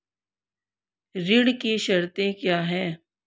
ऋण की शर्तें क्या हैं?